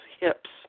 hips